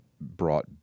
brought